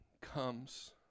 comes